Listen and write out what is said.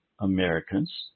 Americans